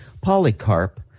Polycarp